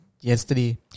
yesterday